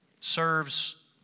serves